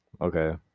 okay